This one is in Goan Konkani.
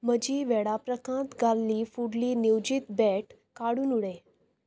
म्हजी वेळा प्रत्रकांत घाल्ली फुडली नियोजीत बॅट काडून उडय